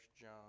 John